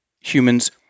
humans